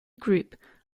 group